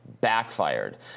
backfired